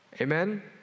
Amen